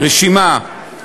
רשימה,